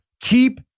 Keep